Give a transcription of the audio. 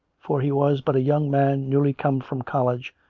for he was but a young man newly come from college,